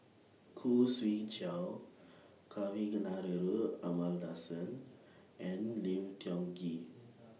Khoo Swee Chiow Kavignareru Amallathasan and Lim Tiong Ghee